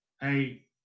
Hey